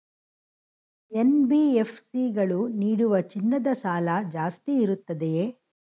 NBFC ಗಳು ನೀಡುವ ಚಿನ್ನದ ಸಾಲ ಜಾಸ್ತಿ ಇರುತ್ತದೆಯೇ?